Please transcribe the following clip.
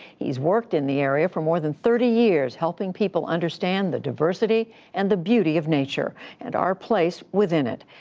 he's worked in the area for more than thirty years helping people understand the diversity and the beauty of nature and our place within it.